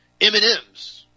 M&M's